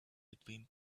between